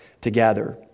together